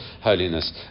holiness